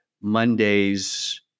Monday's